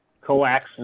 coax